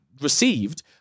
received